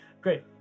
great